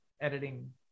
editing